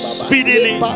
speedily